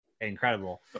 incredible